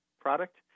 product